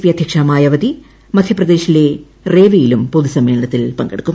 P അധ്യക്ഷ മായാവതി മധ്യപ്രദേശിലെ റേവയിലും പൊതുസമ്മേളനത്തിൽ പ്ണ്കടുക്കും